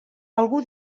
algú